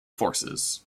forces